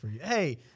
hey